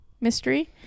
mystery